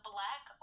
Black